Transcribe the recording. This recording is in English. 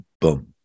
boom